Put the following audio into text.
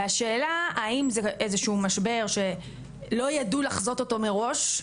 והשאלה היא האם זה משבר מסוים שלא ידעו לחזות אותו מראש,